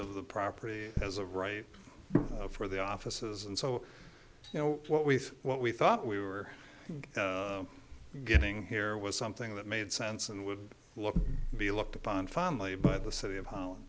of the property as a right for the offices and so you know what we what we thought we were getting here was something that made sense and would be looked upon family by the city of ho